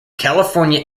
california